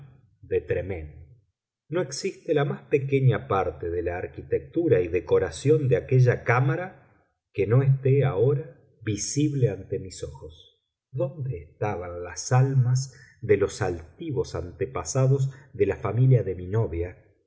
de tremaine no existe la más pequeña parte de la arquitectura y decoración de aquella cámara que no esté ahora visible ante mis ojos dónde estaban las almas de los altivos antepasados de la familia de mi novia